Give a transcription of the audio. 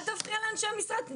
אל תפריע לאנשי משרד הבריאות,